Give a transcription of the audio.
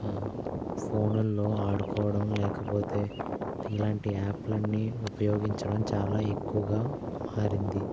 ఫోనుల్లో ఆడుకోవటం లేకపోతే ఇలాంటి యాప్లన్నీ ఉపయోగించడం చాలా ఎక్కువగా మారింది